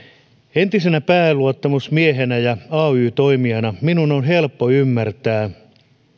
entisenä pääluottamusmiehenä ja ay toimijana minun on helppo ymmärtää